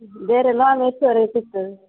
ಬೇರೆ ಲೋನ್ ಎಷ್ಟರವರೆಗೆ ಸಿಗ್ತದೆ